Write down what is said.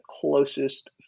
closest